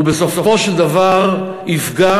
הוא בסופו של דבר יפגע,